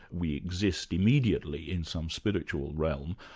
we exist immediately in some spiritual realm.